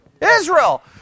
Israel